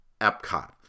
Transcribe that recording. Epcot